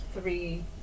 three